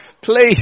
please